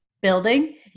building